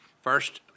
First